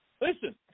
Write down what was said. Listen